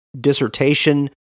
dissertation